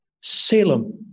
Salem